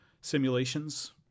simulations